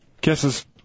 Kisses